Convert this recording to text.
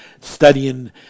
studying